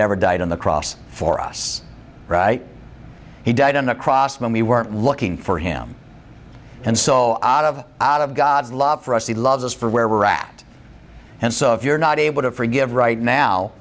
never died on the cross for us he died on the cross when we were looking for him and so out of out of god's love for us he loves us for where we're at and so if you're not able to forgive right now